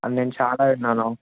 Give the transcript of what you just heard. అది నేను చాలా విన్నాను